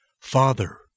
Father